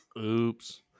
oops